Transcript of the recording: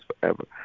forever